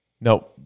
No